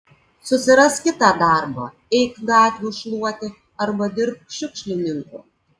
susirask kitą darbą eik gatvių šluoti arba dirbk šiukšlininku